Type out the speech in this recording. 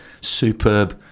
superb